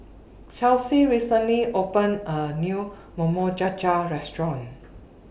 Chelsey recently opened A New Cha Cha Restaurant